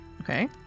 Okay